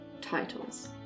titles